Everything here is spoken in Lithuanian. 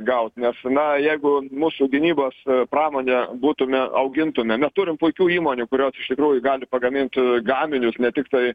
gaut nes na jeigu mūsų gynybos pramonė būtume augintume mes turim puikių įmonių kurios iš tikrųjų gali pagamint gaminius ne tiktai